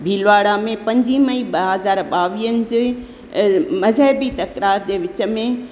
भीलवाड़ा में पंज मई ॿ हज़ार ॿावीहनि जे मज़हबी तकरार जे विच में